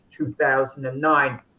2009